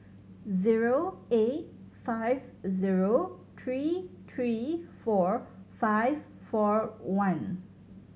zero eight five zero three three four five four one